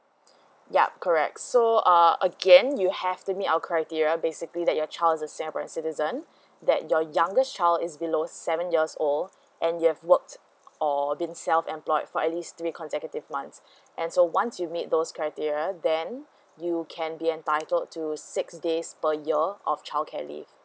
yup correct so uh again you have to meet our criteria basically that your child is a singaporean citizen that your youngest child is below seven years old and you have worked or been self employed for at least three consecutive months and so once you meet those criteria then you can be entitled to six days per year of childcare leave